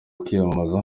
kwiyamamaza